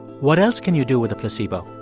what else can you do with a placebo?